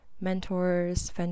mentors